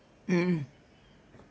mm